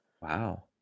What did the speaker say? Wow